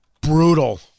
brutal